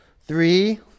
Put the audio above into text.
Three